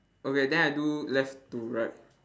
okay then I do left to right